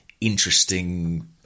interesting